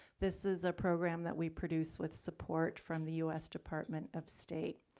this is a program that we produce with support from the us department of state.